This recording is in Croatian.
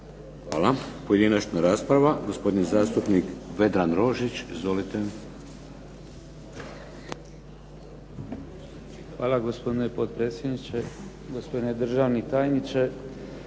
Hvala. Pojedinačna rasprava gospodin zastupnik Vedran Rožić, izvolite. **Rožić, Vedran (HDZ)** Hvala gospodine potpredsjedniče, gospodine državni tajniče.